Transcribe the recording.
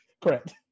correct